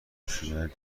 شدن